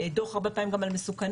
דו"ח הרבה פעמים גם על מסוכנות,